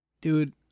dude